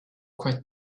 quiet